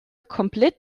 komplett